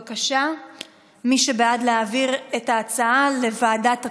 בבקשה, מי שבעד להעביר את ההצעה לוועדת הכנסת,